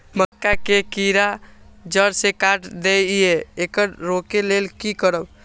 मक्का के कीरा जड़ से काट देय ईय येकर रोके लेल की करब?